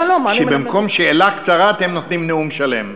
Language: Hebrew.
שבמקום שאלה קצרה אתם נותנים נאום שלם.